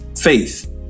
faith